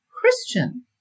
Christian